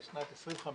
לשנת 2050,